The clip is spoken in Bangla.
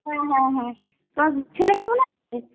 হ্যাঁ হ্যাঁ হ্যাঁ তা ছেলে কেমন আছে